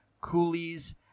coolies